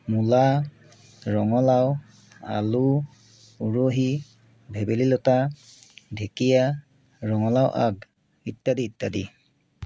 মূলা ৰঙালাও আলু উৰহি ভেবেলী লতা ঢেঁকীয়া ৰঙালাও আগ ইত্যাদি ইত্যাদি